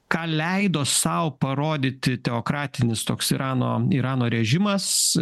ką leido sau parodyti teokratinis toks irano irano režimas